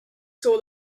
saw